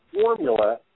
formula